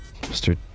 Mr